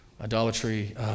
Idolatry